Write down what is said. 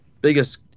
biggest